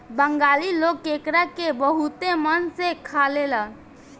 बंगाली लोग केकड़ा के बहुते मन से खालेन